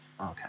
Okay